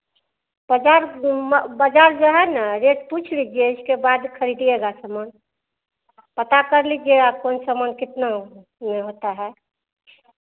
बाज़ार बाज़ार जो है ना रेट पूछ लीजिए इसके बाद खरीदिएगा सामान पता कर लीजिएगा कौन सामान कितना में होता है